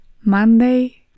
Monday